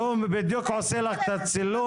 אז הוא בדיוק עושה לך את הצילום.